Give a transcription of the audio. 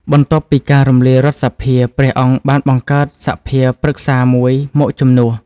បន្ទាប់ពីការរំលាយរដ្ឋសភា ព្រះអង្គបានបង្កើតសភាប្រឹក្សាមួយមកជំនួស។